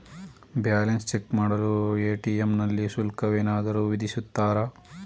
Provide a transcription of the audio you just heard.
Balance check ಮಾಡಲು ATM ನಲ್ಲಿ ಶುಲ್ಕವೇನಾದರೂ ವಿಧಿಸುತ್ತಾರಾ?